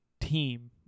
team